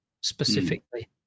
specifically